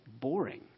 boring